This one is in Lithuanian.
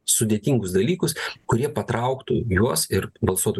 sudėtingus dalykus kurie patrauktų juos ir balsuotų